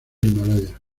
himalaya